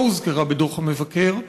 לא הוזכרה בדוח המבקר,